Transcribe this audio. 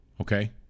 okay